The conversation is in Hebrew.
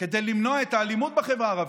כדי למנוע את האלימות בחברה הערבית,